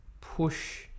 push